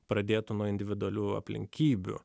pradėtų nuo individualių aplinkybių